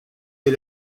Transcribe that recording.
les